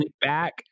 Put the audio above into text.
back